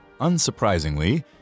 unsurprisingly